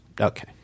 Okay